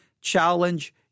challenge